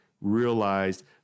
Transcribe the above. realized